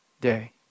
day